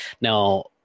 Now